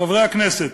חברי הכנסת,